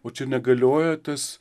o čia negalioja tas